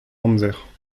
amzer